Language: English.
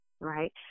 Right